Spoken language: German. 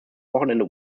wochenende